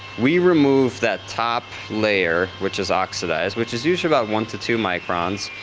we remove that top layer, which is oxidized, which is usually about one to two microns.